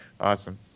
Awesome